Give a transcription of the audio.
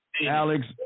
Alex